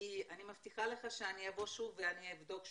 כי אני מבטיחה לך שאני אבוא שוב ואני אבדוק שוב,